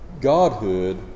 godhood